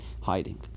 hiding